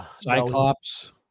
Cyclops